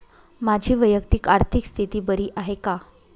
माझी वैयक्तिक आर्थिक स्थिती बरी आहे का?